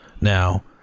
now